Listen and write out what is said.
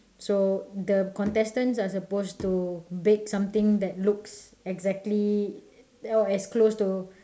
so the contestants are suppose to bake something that looks exactly or as close to